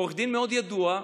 עורך דין מאוד ידוע,